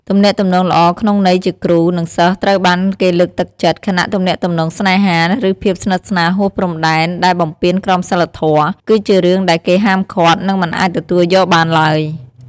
ទំនាក់ទំនងល្អក្នុងន័យជាគ្រូ និងសិស្សត្រូវបានគេលើកទឹកចិត្ត ខណៈទំនាក់ទំនងស្នេហា ឬភាពស្និទ្ធស្នាលហួសព្រំដែនដែលបំពានក្រមសីលធម៌ គឺជារឿងដែលគេហាមឃាត់ និងមិនអាចទទួលយកបានទ្បើយ។